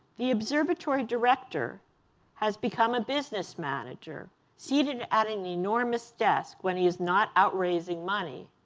the observatory director has become a business manager seated at an enormous desk when he is not out raising money.